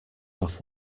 off